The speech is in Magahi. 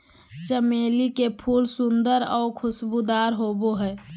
चमेली के फूल सुंदर आऊ खुशबूदार होबो हइ